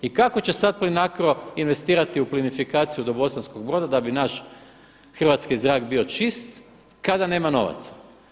I kako će sada Plinacro investirati u plinifikaciju do Bosanskog Broda da bi naš hrvatski zrak bio čist kada nema novaca?